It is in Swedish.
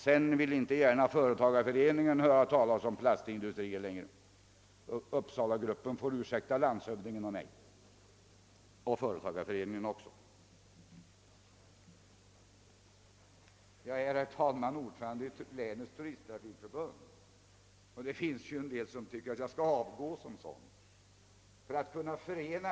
Sedan ville inte gärna företagareföreningen höra talas om plastindustrier längre. Uppsalagruppen får ursäkta landshövdingen och mig samt även företagareföreningen. Jag är, herr talman, ordförande i Västerbottens läns turisttrafikförbund, och det finns en del som tycker att jag skall avgå från denna post.